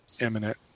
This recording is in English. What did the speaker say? imminent